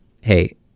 Hey